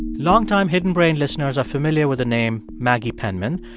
longtime hidden brain listeners are familiar with the name maggie penman.